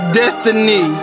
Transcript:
destiny